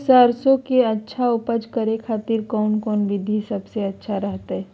सरसों के अच्छा उपज करे खातिर कौन कौन विधि सबसे अच्छा रहतय?